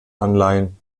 anleihen